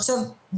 עכשיו,